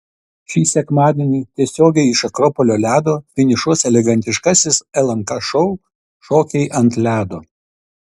šį sekmadienį tiesiogiai iš akropolio ledo finišuos elegantiškasis lnk šou šokiai ant ledo